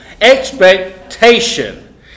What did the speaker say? expectation